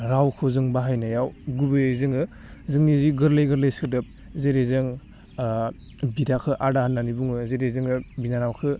रावखौ जों बाहायनायाव गुबैयै जोङो जोंनि जे गोरलै गोरलै सोदोब जेरै जों बिदाखौ आदा होननानै बुङो जेरै जोङो बिनानाववखौ